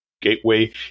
gateway